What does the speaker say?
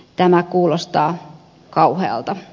tämä kuulostaa kauhealta